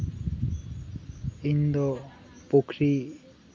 ᱤᱧ ᱫᱚ ᱯᱩᱠᱷᱨᱤ